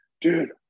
dude